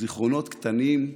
זיכרונות קטנים,